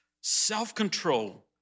self-control